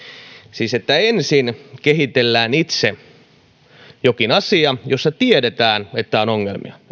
siis ensin kehitellään itse jokin asia josta tiedetään että on ongelmia